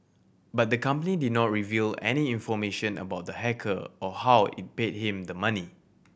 but the company did not reveal any information about the hacker or how it paid him the money